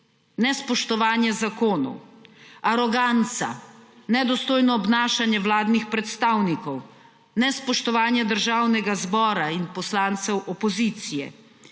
nespoštovanje zakonov, aroganca, nedostojno obnašanje vladnih predstavnikov, nespoštovanje Državnega zbora in poslancev opozicije,